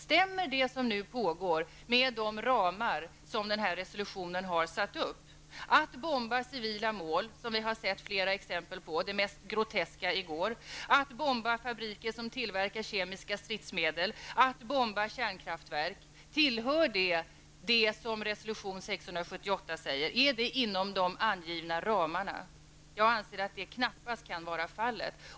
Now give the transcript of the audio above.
Stämmer det som nu pågår med de ramar som har uppsatts i resolutionen? Stämmer det som där sägs med att bomba civila mål -- vilket vi har sett flera exempel på, varav det mest groteska i går -- att bomba fabriker som tillverkar kemiska stridsmedel, att bomba kärnkraftverk? Tillhör detta sådana åtgärder som stadgas i resolution 678? Ligger detta inom de angivna ramarna? Jag anser att det knappast kan vara fallet.